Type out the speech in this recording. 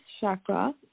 chakra